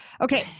Okay